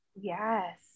yes